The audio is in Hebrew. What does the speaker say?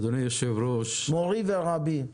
מורי ורבי,